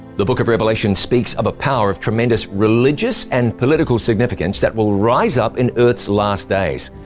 the book of revelation speaks of a power of tremendous religious and political significance that will rise up in earth's last days.